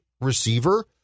receiver